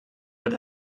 but